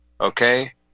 Okay